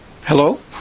Hello